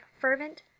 fervent